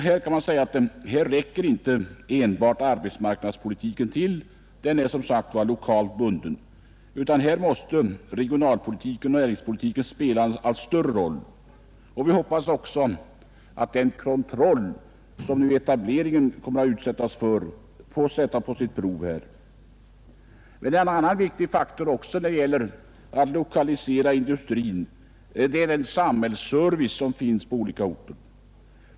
Man kan säga att här räcker det inte enbart med arbetsmarknadspolitik. Den är som sagt lokalt bunden. Här måste regionalpolitiken och näringspolitiken spela en allt större roll. Vi hoppas också att den kontroll som etableringen nu skall bli föremål för kommer att sättas på sitt prov här. En annan viktig faktor när det gäller att lokalisera industrin är den samhällsservice som finns på olika orter.